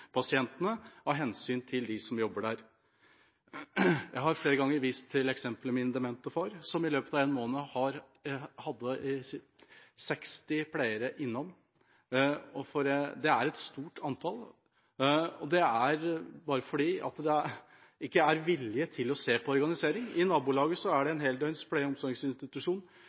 pasientene, av hensyn til dem som jobber der. Jeg har flere ganger vist til eksempelet min demente far, som i løpet av en måned hadde 60 pleiere innom. Det er et stort antall, og det er bare fordi det ikke er vilje til å se på organisering. I nabolaget er det en heldøgns pleie- og omsorgsinstitusjon